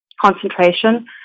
concentration